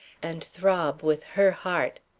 and throb with her heart.